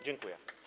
Dziękuję.